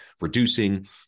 reducing